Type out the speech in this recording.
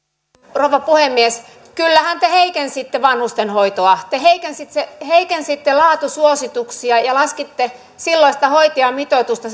rouva puhemies kyllähän te heikensitte vanhustenhoitoa te heikensitte laatusuosituksia ja laskitte silloisen hoitajamitoituksen